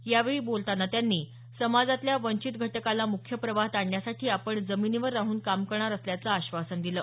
यावेळी बोलतांना त्यांनी समाजातल्या वंचित घटकाला मुख्य प्रवाहात आणण्यासाठी आपण जमिनीवर राहन काम करणार असल्याचं आश्वासन दिलं